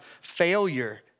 failure